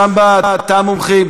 שם בתא המומחים,